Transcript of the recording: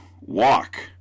Walk